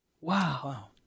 Wow